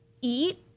eat